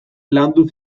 landu